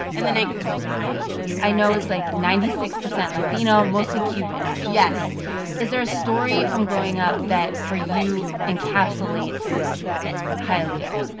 and then i grew up in hialeah i know it's, like, ninety six percent latino mostly cuban, actually yes is there a story from growing up that, for you, encapsulates hialeah?